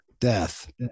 death